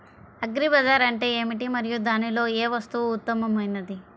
Agri bazaar అంటే ఏమిటి మరియు దానిలో ఏ వస్తువు ఉత్తమమైనది?